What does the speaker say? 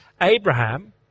Abraham